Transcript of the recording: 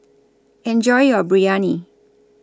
Enjoy your Biryani